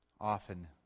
often